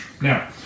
Now